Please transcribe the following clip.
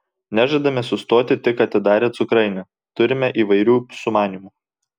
nežadame sustoti tik atidarę cukrainę turime įvairių sumanymų